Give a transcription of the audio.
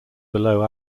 below